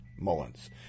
Mullins